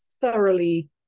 thoroughly